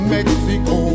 Mexico